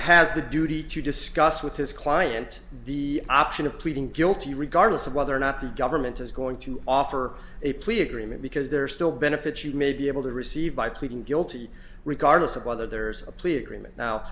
the duty to discuss with his client the option of pleading guilty regardless of whether or not the government is going to offer a plea agreement because there are still benefits you may be able to receive by pleading guilty regardless of whether there's a plea agreement now